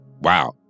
Wow